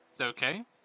Okay